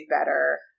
better